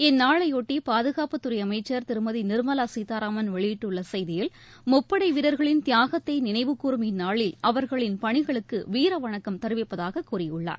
இந்நாளையொட்டி பாதுகாப்புத்துறை அமைச்சர் திருமதி நிர்மலா சீதாராமன் வெளியிட்டுள்ள செய்தியில் முப்படை வீரர்களின் தியாகத்தை நினைவுகூரும் இந்நாளில் அவர்களின் பணிகளுக்கு வீரவணக்கம் தெரிவிப்பதாக கூறியுள்ளார்